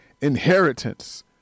inheritance